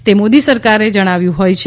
તે મોદી સરકાર જણાવ્યુ હોય છે